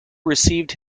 received